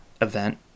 event